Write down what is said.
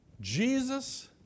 Jesus